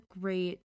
great